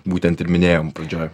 būtent ir minėjom pradžioj